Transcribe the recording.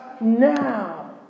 now